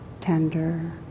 tender